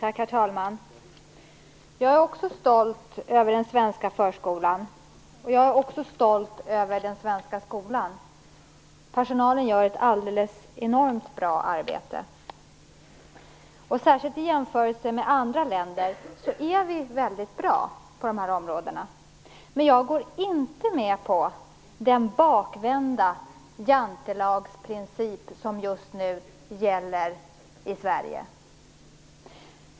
Herr talman! Jag är också stolt över den svenska förskolan. Jag är också stolt över den svenska skolan. Personalen gör ett alldeles enormt bra arbete. Särskilt i jämförelse med andra länder är vi mycket bra på de här områdena. Men jag går inte med på den bakvända jantelagsprincip som just nu gäller i Sverige.